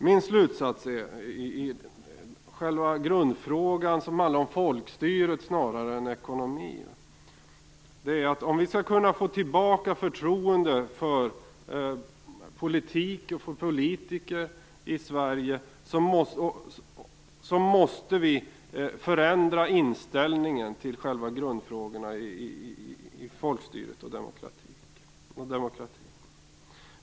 Min slutsats i själva grundfrågan, som handlar om folkstyre snarare än om ekonomi, är att om vi skall kunna få tillbaka förtroendet för politiken och politikerna i Sverige måste vi förändra inställningen till grundfrågorna i folkstyret, i demokratin.